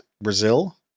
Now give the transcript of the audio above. Brazil